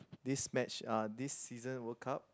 this match uh this season World Cup